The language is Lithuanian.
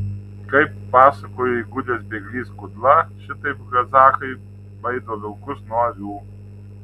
kaip pasakojo įgudęs bėglys kudla šitaip kazachai baido vilkus nuo avių